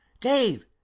dave